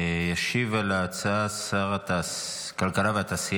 ישיב על ההצעה שר הכלכלה והתעשייה